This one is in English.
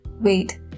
Wait